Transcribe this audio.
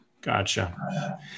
Gotcha